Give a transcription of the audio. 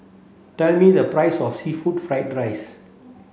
tell me the price of seafood fried rice